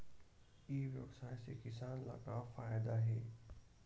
ई व्यवसाय से किसान ला का फ़ायदा हे?